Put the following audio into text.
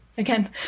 Again